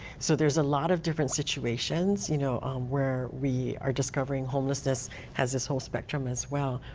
so there's a lot of different situations. you know um where we are discovering homelessness as this whole spectrum as well.